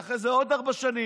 ואחרי זה יש לי עוד ארבע שנים.